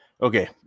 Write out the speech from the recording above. okay